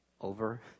over